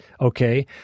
Okay